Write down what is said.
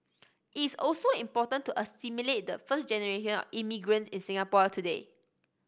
it is also important to assimilate the first generation of immigrants in Singapore today